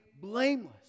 blameless